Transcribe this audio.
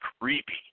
creepy